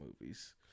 movies